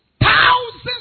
Thousands